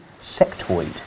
Sectoid